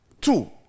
Two